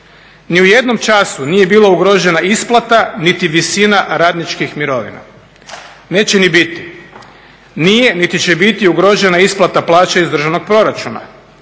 Ni u jednom času nije bila ugrožena isplata niti visina radničkih mirovina, neće ni biti. Nije niti će biti ugrožena isplata plaće iz državnog proračuna.